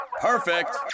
perfect